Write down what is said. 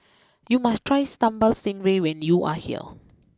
you must try Sambal Stingray when you are here